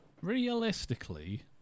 Realistically